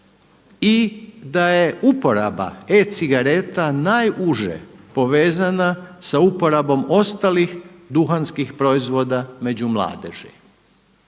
i da je uporaba e-cigareta najuže povezana sa uporabom ostalih duhanskih proizvoda među mladeži.